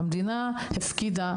המדינה הפקידה,